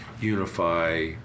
unify